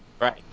Right